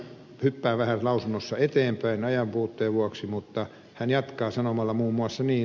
hyppään vähän lausunnossa eteenpäin ajan puutteen vuoksi mutta hän jatkaa sanomalla muun muassa näin